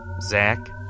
Zach